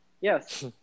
Yes